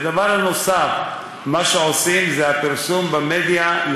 והדבר הנוסף שעושים זה הפרסום במדיה,